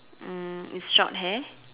mm is short hair